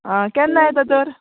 आं केन्ना येता तर